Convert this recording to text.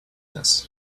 this